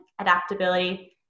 adaptability